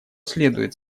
следует